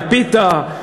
בפיתה,